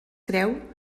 creu